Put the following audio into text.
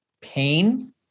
pain